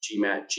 GMAT